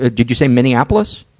ah did you say minneapolis?